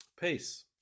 peace